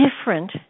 different